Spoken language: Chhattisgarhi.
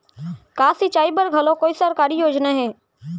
का सिंचाई बर घलो कोई सरकारी योजना हे?